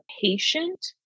patient